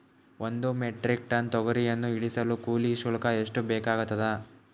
ಒಂದು metric ton ತೊಗರಿಯನ್ನು ಇಳಿಸಲು ಕೂಲಿ ಶುಲ್ಕ ಎಷ್ಟು ಬೇಕಾಗತದಾ?